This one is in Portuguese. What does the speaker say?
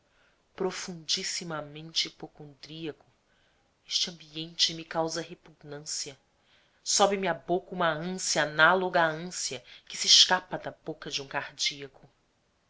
signos do zodíaco produndissimamente hipocondríaco este ambiente me causa repugnância sobe me à boca uma ânsia análoga à ânsia que se escapa da boca de um cardíaco